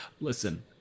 Listen